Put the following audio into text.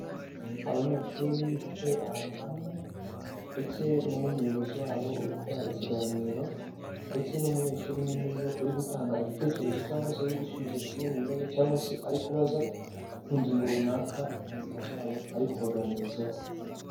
Abanyeshuri bicaye ahantu hamwe, ndetse n'umuyobozi wabo uri kubaha ikiganiro ndetse n'umunyeshuri umwe muri bo uri gutanga igitekerezo cyangwa se uri gusubiza kimwe mu bibazo cyangwa se ari kubaza ku ngingo runaka umuyobozi wabo ari kubaganirizaho.